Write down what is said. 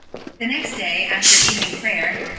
the next day, after evening prayer,